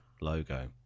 logo